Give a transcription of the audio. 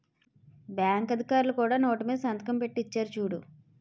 bank అధికారులు కూడా note మీద సంతకం పెట్టి ఇచ్చేరు చూడు